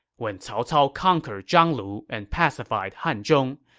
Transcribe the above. when cao cao conquered zhang lu and pacified hanzhong,